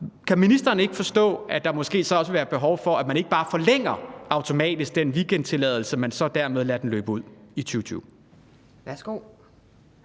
Kan ministeren ikke forstå, at der måske så vil være behov for, at man ikke bare automatisk forlænger den weekendtilladelse, men lader den løbe ud i 2020?